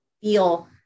feel